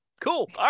cool